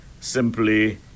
simply